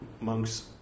monks